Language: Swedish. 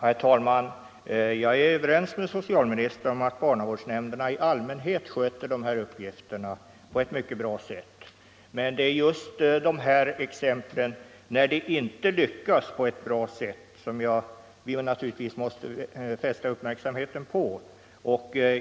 Herr talman! Jag är överens med socialministern om att barnavårdsnämnderna i allmänhet sköter de här uppgifterna på ett mycket bra sätt, men det är naturligtvis de fall där nämnderna inte lyckas göra det som man måste fästa uppmärksamheten på.